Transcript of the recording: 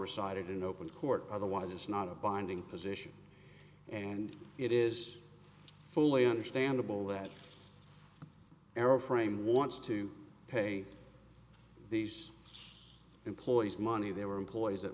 recited in open court otherwise it's not a binding position and it is fully understandable that airframe wants to pay these employees money they were employees that